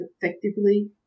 effectively